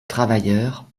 travailleurs